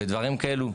ודברים כאלו,